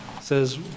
says